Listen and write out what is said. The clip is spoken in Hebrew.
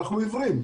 אנחנו עיוורים.